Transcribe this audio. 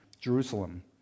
Jerusalem